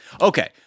Okay